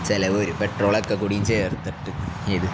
ചെലവ് ഒരു പെട്രോളൊക്കെ കടിയം ചേർത്തിട്ട് ഇഏത്